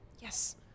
Yes